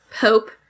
Pope